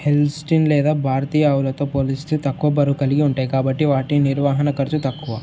Holstein లేదా భారతీయ ఆవులతో పోలిస్తే తక్కువ బరువు కలిగి ఉంటాయి కాబట్టి వాటి నిర్వహణ ఖర్చు తక్కువ